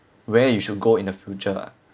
where you should go in the future